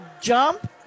jump